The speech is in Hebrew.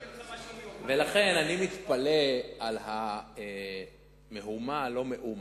לכן, אני מתפלא על המהומה על לא מאומה.